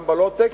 גם בלואו-טק,